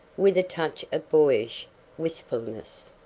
with a touch of boyish wistfulness,